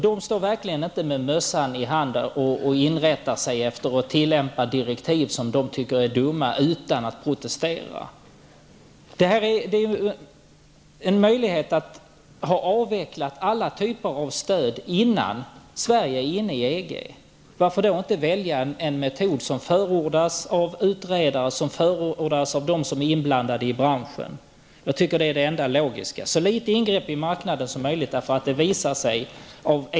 De står verkligen inte med mössan i handen och inrättar sig efter och tillämpar direktiv som de tycker är dumma utan att protestera. Det här är en möjlighet att avveckla alla typer av stöd innan Sverige är med i EG. Varför då inte välja en metod som förordas av utredare och av dem som är inblandade i branschen? Det är det enda logiska. Man skall göra så litet ingrepp i marknaden som möjligt.